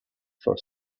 for